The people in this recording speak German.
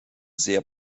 sehr